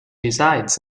resides